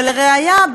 ולראיה,